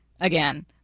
again